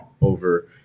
over